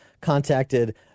contacted